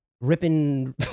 ripping